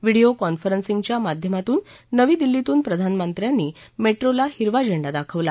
video कान्फरन्सिंगच्या माध्यमातून नवी दिल्लीतून प्रधानमंत्र्यांनी मेट्रोला हिरवा झेंडा दाखवला